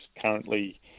currently